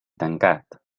tancat